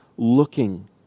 looking